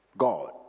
God